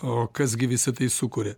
o kas gi visa tai sukuria